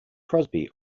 crosby